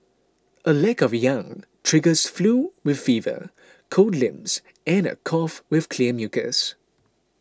a lack of yang triggers flu with fever cold limbs and a cough with clear mucus